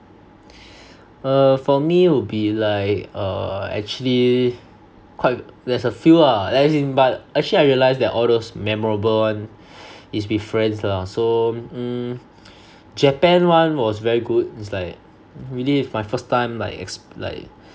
uh for me would be like err actually quite there's a few lah as in but actually I realised that all those memorable one is with friends lah so mm japan one was very good it's like really my first time like ex~ like